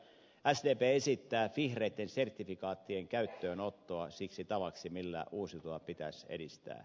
sdp esittää vihreitten sertifikaattien käyttöönottoa siksi tavaksi millä uusiutuvaa pitäisi edistää